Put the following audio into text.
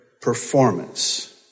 performance